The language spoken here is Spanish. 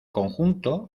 conjunto